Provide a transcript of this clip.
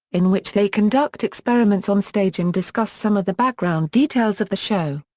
in which they conduct experiments on-stage and discuss some of the background details of the show.